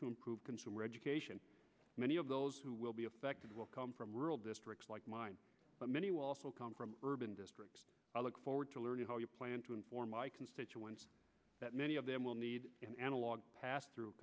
to improve consumer education many of those who will be affected will come from rural districts like mine but many will also come from urban districts forward to learn how you plan to inform my constituents that many of them will need an analog pass through